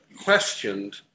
questioned